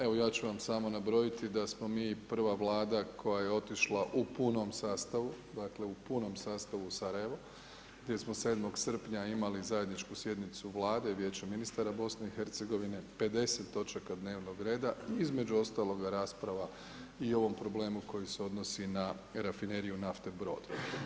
Evo ja ću vam samo nabrojiti da smo mi prva Vlada koja je otišla u punom sastavu, dakle u punom sastavu u Sarajevo gdje smo 7. srpnja imali zajedničku sjednicu Vlade i Vijeće ministara BiH, 50 točaka dnevnog reda, između ostaloga i rasprava i o ovom problemu koji se odnosi na Rafineriju nafte brod.